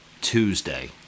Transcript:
Tuesday